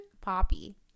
Poppy